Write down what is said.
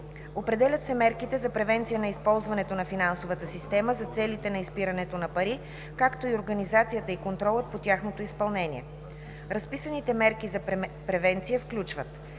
Определят се мерките за превенция на използването на финансовата система за целите на изпирането на пари, както и организацията и контролът по тяхното изпълнение. Разписаните мерки за превенция включват: